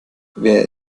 wer